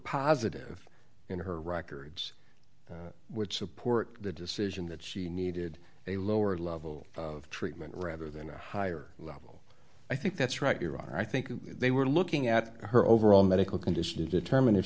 positive in her records would support the decision that she needed a lower level of treatment rather than a higher level i think that's right your honor i think they were looking at her overall medical condition to determine if